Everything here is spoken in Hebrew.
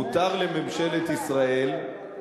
מותר לממשלת ישראל, לא אתה.